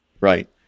Right